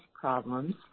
problems